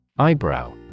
Eyebrow